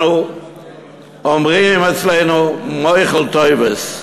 אומרים אצלנו "מויחל טויבעס".